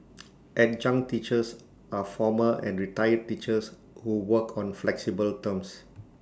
adjunct teachers are former and retired teachers who work on flexible terms